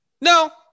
No